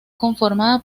conformada